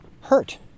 hurt